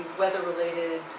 weather-related